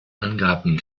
angaben